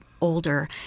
older